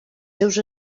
seus